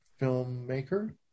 filmmaker